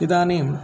इदानीं